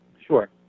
Sure